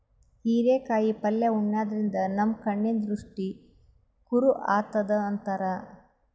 ಹಿರೇಕಾಯಿ ಪಲ್ಯ ಉಣಾದ್ರಿನ್ದ ನಮ್ ಕಣ್ಣಿನ್ ದೃಷ್ಟಿ ಖುರ್ ಆತದ್ ಅಂತಾರ್